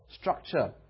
structure